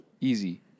Easy